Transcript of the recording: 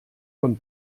von